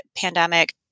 pandemic